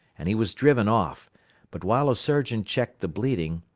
and he was driven off but while a surgeon checked the bleeding,